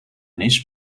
nis